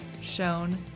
shown